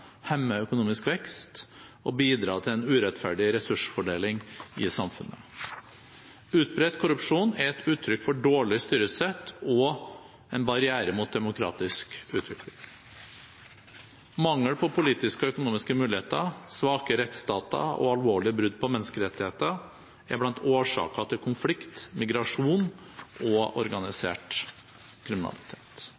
økonomisk vekst og bidrar til en urettferdig ressursfordeling i samfunnet. Utbredt korrupsjon er et uttrykk for dårlig styresett og en barriere mot demokratisk utvikling. Mangel på politiske og økonomiske muligheter, svake rettsstater og alvorlige brudd på menneskerettighetene er blant årsakene til konflikt, migrasjon og